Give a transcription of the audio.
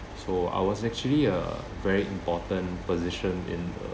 so I was actually a very important position in the